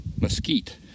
Mesquite